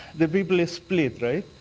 the people is split, right?